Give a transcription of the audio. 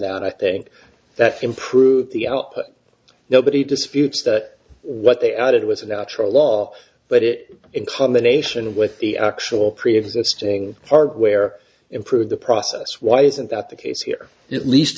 that i think that improved the output nobody disputes that what they added was a natural law but it in combination with the actual preexisting hardware improve the process why isn't that the case here at least